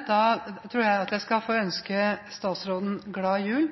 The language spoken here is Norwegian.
Da tror jeg at jeg skal få ønske statsråden en glad jul